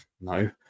no